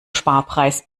sparpreis